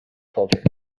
culture